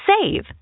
save